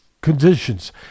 conditions